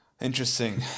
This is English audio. Interesting